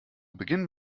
beginn